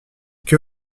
que